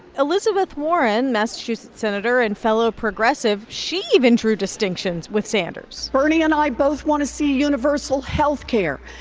elizabeth warren, massachusetts senator and fellow progressive she even drew distinctions with sanders bernie and i both want to see universal health care,